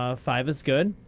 ah five is good.